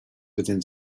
within